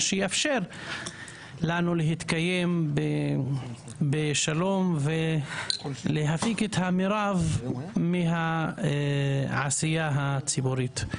שיאפשר לנו להתקיים בשלום ולהפיק את המרב מהעשייה הציבורית.